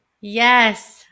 Yes